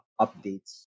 updates